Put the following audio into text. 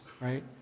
right